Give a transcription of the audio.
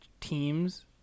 teams